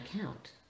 account